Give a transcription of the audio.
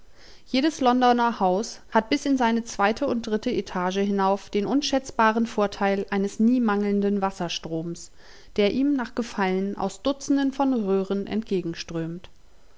jedes londoner haus hat bis in seine zweite und dritte etage hinauf den unschätzbaren vorteil eines nie mangelnden wasserstroms der ihm nach gefallen aus dutzenden von